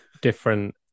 different